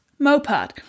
MOPAD